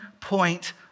point